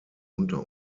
unter